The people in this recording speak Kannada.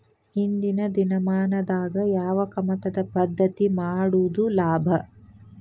ಇಂದಿನ ದಿನಮಾನದಾಗ ಯಾವ ಕಮತದ ಪದ್ಧತಿ ಮಾಡುದ ಲಾಭ?